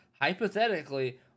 hypothetically